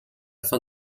fin